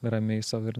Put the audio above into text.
ramiai sau ir